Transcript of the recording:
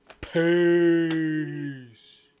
Peace